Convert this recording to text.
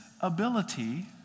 ability